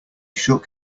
shook